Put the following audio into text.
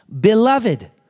beloved